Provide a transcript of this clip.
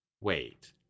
Wait